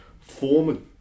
form